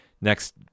Next